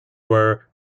were